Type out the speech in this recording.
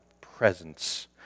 presence